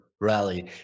rally